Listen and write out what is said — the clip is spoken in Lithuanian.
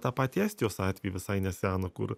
tą patį estijos atvejį visai neseną kur